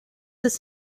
this